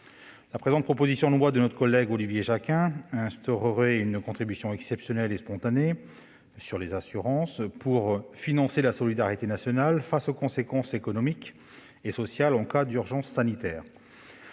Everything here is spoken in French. La présente proposition de loi de notre collègue Olivier Jacquin instaurerait, elle, une contribution exceptionnelle et « spontanée » sur les assurances pour financer la solidarité nationale face aux conséquences économiques et sociales en cas d'état d'urgence sanitaire.